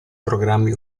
programmi